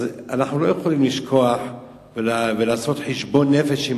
אז אי-אפשר לשכוח ולעשות חשבון נפש עם